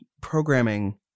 programming